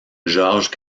george